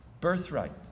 Birthright